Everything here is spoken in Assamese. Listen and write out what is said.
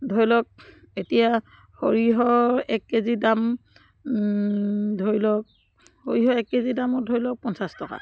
ধৰি লওক এতিয়া সৰিয়হৰ এক কেজি দাম ধৰি লওক সৰিয়হ এক কেজি দামৰ ধৰি লওক পঞ্চাছ টকা